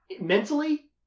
mentally